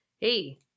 hey